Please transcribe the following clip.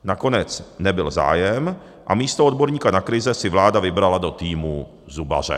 Nakonec nebyl zájem a místo odborníka na krize si vláda vybrala do týmu zubaře.